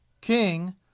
King